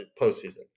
Postseason